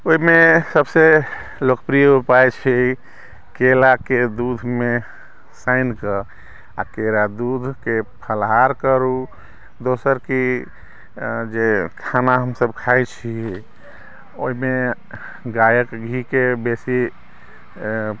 ओहिमे सभसँ लोकप्रिय उपाय छै केराके दूधमे सानि कऽ आ केरा दूधके फलाहार करू दोसर की जे खाना हमसभ खाइ छी ओहिमे गाएक घीके बेसी